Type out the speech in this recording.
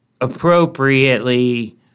appropriately